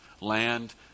Land